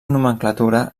nomenclatura